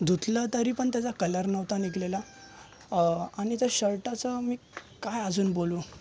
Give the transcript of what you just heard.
धुतलं तरी पण त्याचा कलर नव्हता निघालेला आणि ते शर्टाचं मी काय अजून बोलू